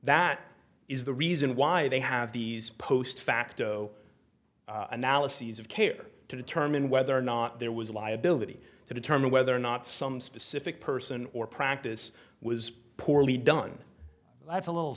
that is the reason why they have these post facto analyses of care to determine whether or not there was a liability to determine whether or not some specific person or practice was poorly done that's a little